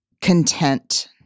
content